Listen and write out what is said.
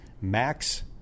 Max